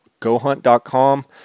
GoHunt.com